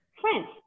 France